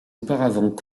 auparavant